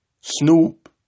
Snoop